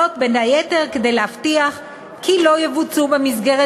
בין היתר כדי להבטיח כי לא יבוצעו במסגרת